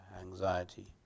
anxiety